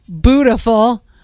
beautiful